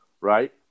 Right